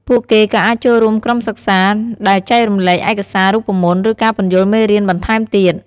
ពួកគេក៏អាចចូលរួមក្រុមសិក្សា ដែលចែករំលែកឯកសារ រូបមន្ត ឬការពន្យល់មេរៀនបន្ថែមទៀត។